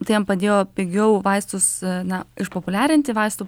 tai jam padėjo pigiau vaistus na išpopuliarinti vaistų